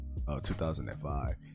2005